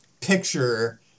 picture